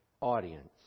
audience